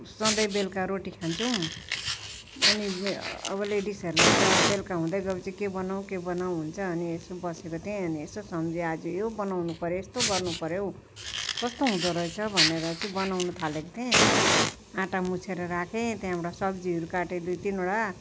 सधैँ बेलुका रोटी खान्छौँ अनि अब लेडिसहरूलाई त बेलुका हुँदै गएपछि के बनाउँ के बनाउँ हुन्छ अनि यसो बसेको थिएँ अनि यसो सम्झेँ आज यो बनाउनु पऱ्यो यस्तो गर्नु पऱ्यो कस्तो हुँदो रहेछ भनेर चाहिँ बनाउनु थालेको थिएँ आँटा मुछेर राखे अनि सब्जीहरू काटे दुई तिनवटा